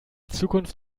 zukunft